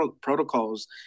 protocols